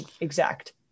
exact